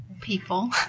people